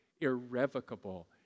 irrevocable